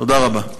תודה רבה.